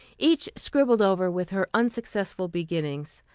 each scribbled over with her unsuccessful beginnings.